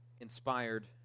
inspired